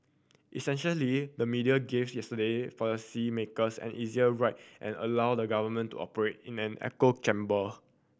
essentially the media gave yesterday policy makers an easier ride and allowed the government to operate in an echo chamber